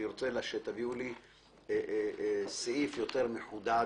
אני רוצה שתביאו לי סעיף יותר מחודד